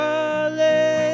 Hallelujah